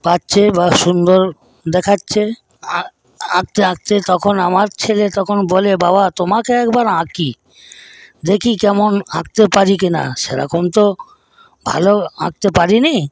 পাচ্ছে বা সুন্দর দেখাচ্ছে আঁকতে আঁকতে তখন আমার ছেলে তখন বলে বাবা তোমাকে একবার আঁকি দেখি কেমন আঁকতে পারি কিনা সেরকম তো ভালো আঁকতে পারিনি